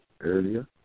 earlier